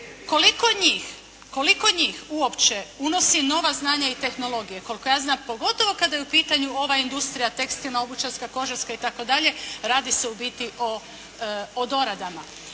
koliko njih uopće unosi nova znanja i tehnologije? Koliko ja znam pogotovo kada je u pitanju ova industrija tekstilna, obućarska, kožarska i tako dalje radi se u biti o doradama.